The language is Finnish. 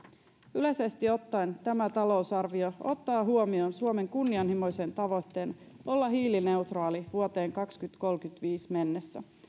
yleisesti ottaen tämä talousarvio ottaa huomioon suomen kunnianhimoisen tavoitteen olla hiilineutraali vuoteen kaksituhattakolmekymmentäviisi mennessä